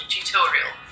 Tutorial